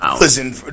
listen